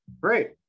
great